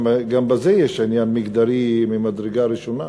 גם בזה יש עניין מגדרי ממדרגה ראשונה,